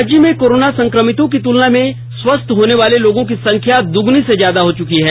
राज्य में कोरोना संक्रमितों की तुलना में स्वस्थ होनेवाले लोगों की संख्या दोगुनी से ज्यादा हो चुकी है